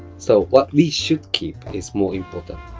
so what we should keep is more important.